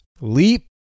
leap